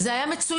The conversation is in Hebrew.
זה היה מצוין.